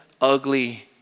ugly